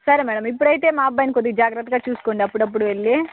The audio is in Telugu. సరే మేడమ్ ఇప్పుడు అయితే మా అబ్బాయిని కొద్దిగా జాగ్రత్తగా చూసుకోండి అప్పుడప్పుడు వెళ్ళి